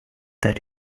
that